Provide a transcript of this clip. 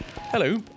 Hello